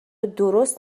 درست